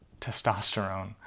testosterone